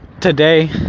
today